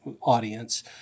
audience